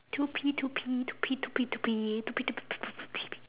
to pee to pee to pee to pee to pee to pee to pee to pee pee pee pee pee pee pee